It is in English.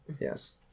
Yes